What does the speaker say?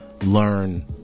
learn